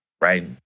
right